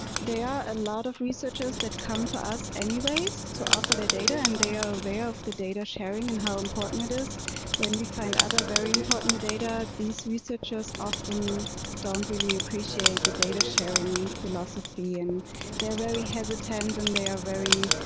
they are a lot of researchers that come to us anyways to offer their data and they are aware of the data sharing and how important it is when we find other very important data these researchers often don't really appreciate the data sharing philosophy and they're very hesitant and they are very